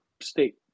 state